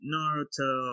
Naruto